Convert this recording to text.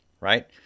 right